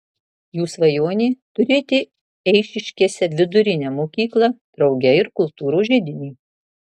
jų svajonė turėti eišiškėse vidurinę mokyklą drauge ir kultūros židinį